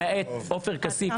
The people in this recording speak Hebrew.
למעט עופר כסיף,